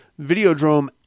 Videodrome